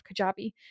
Kajabi